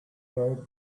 road